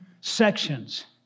sections